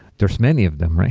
there're many of them,